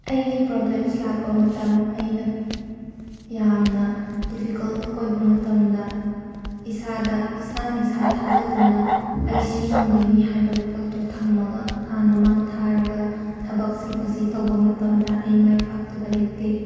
ꯑꯩꯒꯤ ꯄ꯭ꯔꯣꯕ꯭ꯂꯦꯝꯁ ꯂꯥꯛꯄ ꯃꯇꯝ ꯑꯩꯅ ꯌꯥꯝꯅ ꯗꯤꯐꯤꯀꯜꯠ ꯑꯣꯏꯕ ꯃꯇꯝꯗ ꯏꯁꯥꯗ ꯏꯁꯥꯅ ꯏꯁꯥ ꯊꯥꯖꯗꯨꯅ ꯑꯩ ꯑꯁꯤ ꯉꯝꯒꯅꯤ ꯍꯥꯏꯕ ꯄꯣꯠꯇꯣ ꯊꯝꯃꯒ ꯍꯥꯟꯅ ꯃꯥꯡ ꯊꯥꯔꯒ ꯊꯕꯛꯁꯤꯡ ꯑꯁꯤ ꯇꯧꯕ ꯃꯇꯝꯗ ꯑꯩ ꯃꯥꯏ ꯄꯥꯛꯇꯕ ꯂꯩꯇꯦ